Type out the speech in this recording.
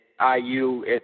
IU